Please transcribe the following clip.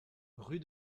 rue